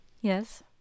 yes